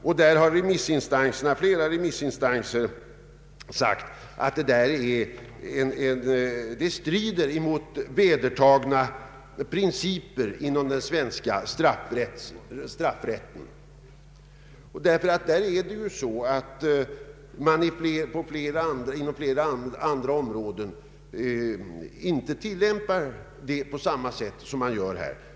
I det sammanhanget har flera remissinstanser anfört att detta strider mot vedertagna principer inom den svenska straffrätten. Det är nämligen så att man inom flera andra områden inte tillämpar reglerna på samma sätt som här.